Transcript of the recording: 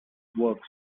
works